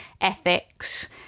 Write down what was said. ethics